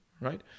right